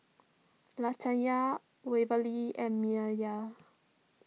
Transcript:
Latanya Waverly and